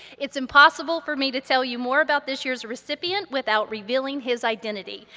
it's impossible for me to tell you more about this year's recipient without revealing his identity,